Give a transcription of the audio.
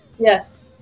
Yes